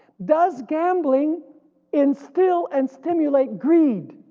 does gambling instill and stimulate greed?